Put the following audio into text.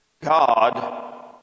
God